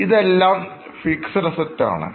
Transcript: ഇതെല്ലാംFixed Assets ആണ്